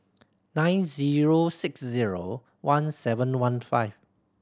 nine zero six zero one seven one five